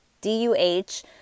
D-U-H